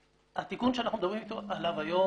התיקון שאנחנו מדברים עליו היום,